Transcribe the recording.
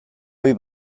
ohi